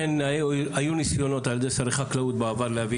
היו ניסיונות על ידי שרי חקלאות בעבר להביא